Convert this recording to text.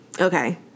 Okay